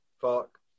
Fuck